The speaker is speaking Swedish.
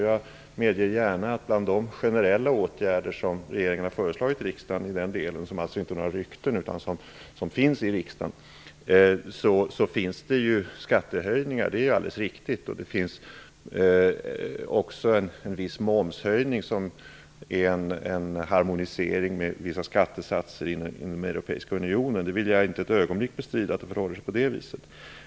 Jag medger gärna att bland de generella åtgärder som regeringen har föreslagit riksdagen i den delen - det är alltså inte några rykten utan något som föreslagits riksdagen - ingår skattehöjningar. Det är alldeles riktigt. Vidare ingår en viss momshöjning som är en harmonisering med vissa skattesatser inom Europeiska unionen. Jag vill inte ett ögonblick bestrida att det förhåller sig på det viset.